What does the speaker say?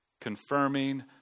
confirming